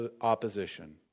opposition